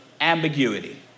ambiguity